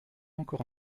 encore